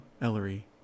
Ellery